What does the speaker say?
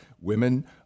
women